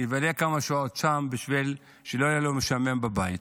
שיבלה כמה שעות שם בשביל שלא יהיה לו משעמם בבית.